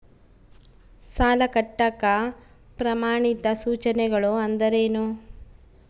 ಸಾಲ ಕಟ್ಟಾಕ ಪ್ರಮಾಣಿತ ಸೂಚನೆಗಳು ಅಂದರೇನು?